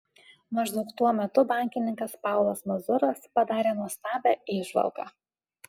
maždaug tuo metu bankininkas paulas mazuras padarė nuostabią įžvalgą